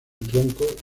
tronco